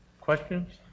Questions